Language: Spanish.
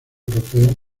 europeo